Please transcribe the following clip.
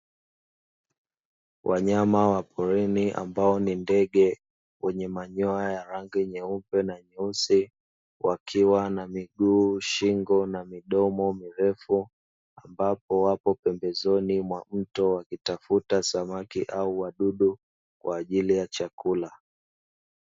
Wanyama wa porini ambao ni ndege wenye manyoya ya rangi nyeupe na nyeusi wakiwa na miguu, shingo na midomo mirefu. Wapo pembezoni mwa mto wakitafuta samaki au wadudu kwa ajili ya chakula.